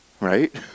Right